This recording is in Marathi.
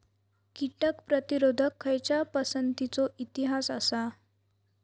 कीटक प्रतिरोधक खयच्या पसंतीचो इतिहास आसा?